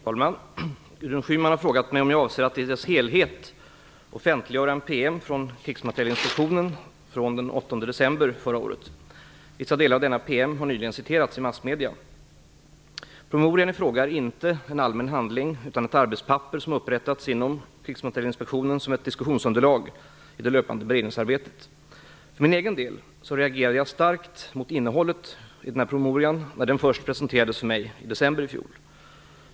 Herr talman! Gudrun Schyman har frågat mig om jag avser att i dess helhet offentliggöra en PM från 1994. Vissa delar av denna PM har nyligen citerats i massmedier. Promemorian ifråga är inte en allmän handling utan ett arbetspapper som upprättats inom KMI som ett diskussionsunderlag i det löpande beredningsarbetet. För min egen del reagerade jag starkt mot innehållet i denna promemoria då den först presenterades för mig i december i fjol.